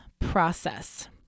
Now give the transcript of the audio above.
process